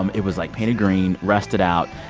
um it was, like, painted green, rusted out.